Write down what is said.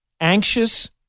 anxious